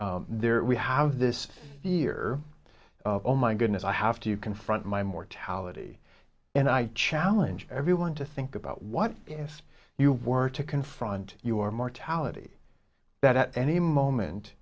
there we have this fear of oh my goodness i have to confront my mortality and i challenge everyone to think about what if you were to confront your mortality that at any moment